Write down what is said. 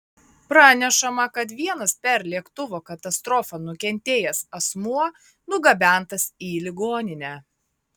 pranešama kad vienas per lėktuvo katastrofą nukentėjęs asmuo nugabentas į ligoninę